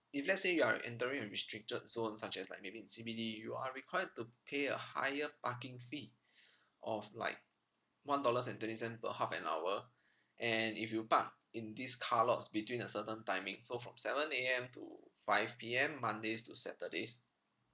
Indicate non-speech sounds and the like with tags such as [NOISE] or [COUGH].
let's say you are entering a restricted zone such as like maybe in C_B_D you are required to pay a higher parking fee [BREATH] of like one dollars and twenty cent per half an hour and if you park in these car lots between a certain timing so from seven A_M to five P_M mondays to saturdays